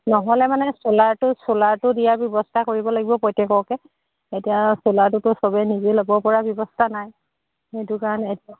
নহ'লে মানে চ'লাৰটো চ'লাৰটো দিয়াৰ ব্যৱস্থা কৰিব লাগিব প্ৰত্যেককে এতিয়া চ'লাৰটোতো চবে নিজে ল'ব পৰা ব্যৱস্থা নাই সেইটো কাৰণে এতিয়া